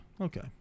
Okay